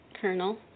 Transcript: Colonel